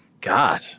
God